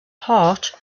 heart